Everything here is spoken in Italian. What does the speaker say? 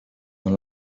non